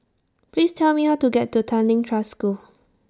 Please Tell Me How to get to Tanglin Trust School